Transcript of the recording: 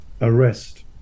arrest